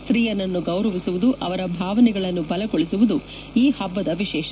ಸ್ತ್ರೀಯರನ್ನು ಗೌರವಿಸುವುದು ಅವರ ಭಾವನೆಗಳನ್ನು ಬಲಗೊಳಿಸುವುದು ಈ ಹಬ್ಬದ ವಿಶೇಷ